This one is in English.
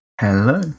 Hello